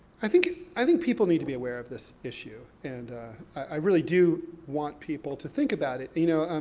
i think, i think people need to be aware of this issue, and i really do want people to think about it. you know,